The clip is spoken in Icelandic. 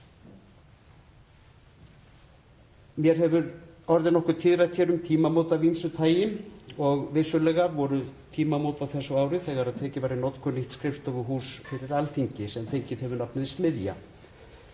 Mér hefur orðið nokkuð tíðrætt um tímamót af ýmsu tagi og vissulega voru tímamót á þessu ári þegar tekið var í notkun nýtt skrifstofuhús fyrir Alþingi sem fengið hefur nafnið Smiðja.